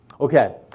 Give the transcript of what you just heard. Okay